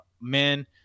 man